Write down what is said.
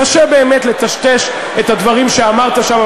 קשה באמת לטשטש את הדברים שאמרת שם,